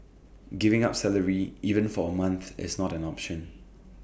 giving up salary even for A month is not an option